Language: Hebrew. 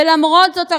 ולמרות זאת,